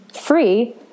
free